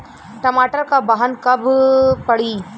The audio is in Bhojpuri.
टमाटर क बहन कब पड़ी?